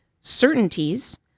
certainties